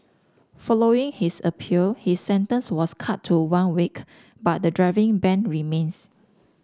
following his appeal his sentence was cut to one week but the driving ban remains